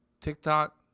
TikTok